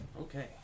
Okay